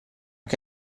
che